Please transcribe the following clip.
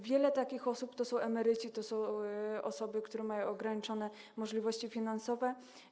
Wiele takich osób to są emeryci, to są osoby, które mają ograniczone możliwości finansowe.